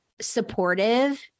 supportive